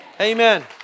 amen